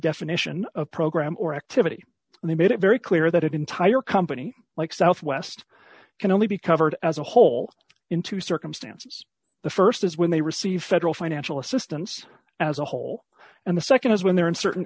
definition of program or activity and they made it very clear that entire company like southwest can only be covered as a whole into circumstances the st is when they receive federal financial assistance as a whole and the nd is when they're in certain